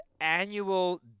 annual